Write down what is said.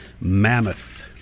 Mammoth